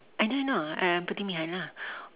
I don't know I I'm putting behind lah